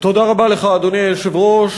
אדוני היושב-ראש,